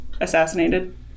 assassinated